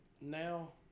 now